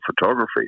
photography